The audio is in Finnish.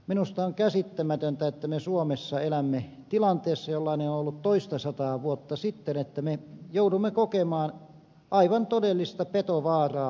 minusta on käsittämätöntä että me suomessa elämme tilanteessa jollainen on ollut toistasataa vuotta sitten että me joudumme kokemaan aivan todellista petovaaraa maaseudulla